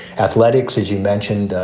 athletics, as you mentioned,